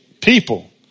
People